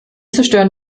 zerstören